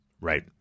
Right